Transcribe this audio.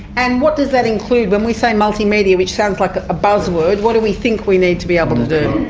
and what does that include, when we say multimedia, which sounds like a buzzword, what do we think we need to be able to do?